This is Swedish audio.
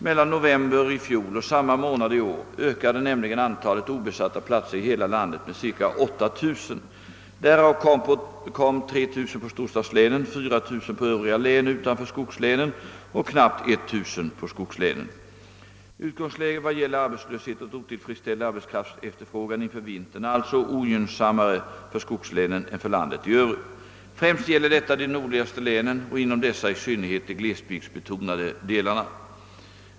Mellan november i fjol och samma månad i år ökade nämligen antalet obesatta platser i hela landet med cirka 8000. Därav kom 3000 på storstadslänen, 4 000 på övriga län utanför skogslänen och knappt 1000 på skogslänen. Utgångsläget vad gäller arbetslöshet och otillfredsställd arbetskraftsefterfrågan inför vintern är alltså ogynnsammare för skogslänen än för landet i övrigt. Främst gäller detta de nordligaste länen och inom dessa i synnerhet de glesbygdsbetonade delarna.